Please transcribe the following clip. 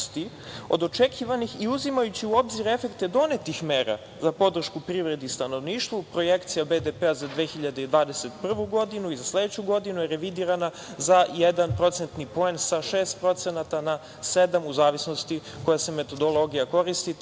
od očekivanih i uzimajući u obzir efekte donetih mera za podršku privredi i stanovništvu, projekcija BDP za 2021. godinu i za sledeću godinu je revidirana za 1%, sa 6%, na 7%, u zavisnosti koja se metodologija koristi taj procenat,